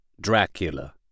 Dracula